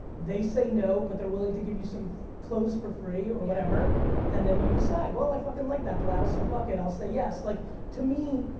they say no, but they're willing to give you some clothes for free or whatever, and then you decide, well, i fucking like that blouse, so fuck it, i'll say yes. like to me,